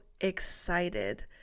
excited